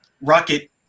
rocket